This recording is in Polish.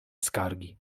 skargi